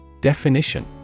Definition